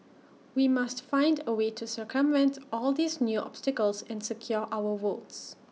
we must find A way to circumvent all these new obstacles and secure our votes